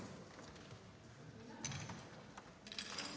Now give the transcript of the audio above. Tak.